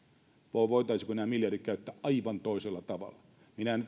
vai voitaisiinko nämä miljardit käyttää aivan toisella tavalla minä en